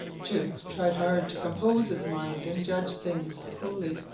jukes tried hard to compose his mind and judge things coolly.